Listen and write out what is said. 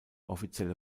offizielle